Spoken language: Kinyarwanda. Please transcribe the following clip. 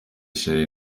charly